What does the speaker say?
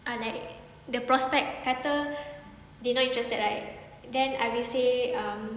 ah like the prospect kata they not interested like then I will say um